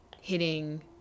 hitting